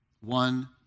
one